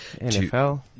NFL